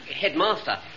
Headmaster